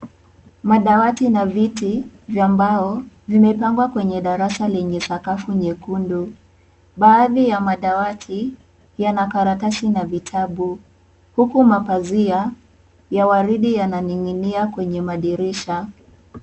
Madawadi na viti vya mbao vimepangwa kwenye darasa lenye sakafu nyekundu baadhi ya madawati yana karatasi na vitabu huku mapazia ya waridi yananinginia kwenye madirisha.